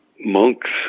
monks